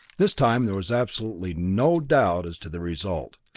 this time there was absolutely no doubt as to the result.